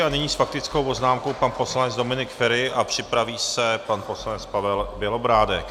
A nyní s faktickou poznámkou pan poslanec Dominik Feri a připraví se pan poslanec Pavel Bělobrádek.